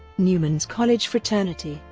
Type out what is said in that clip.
newman's college fraternity,